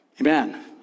Amen